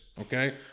okay